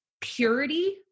purity